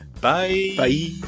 Bye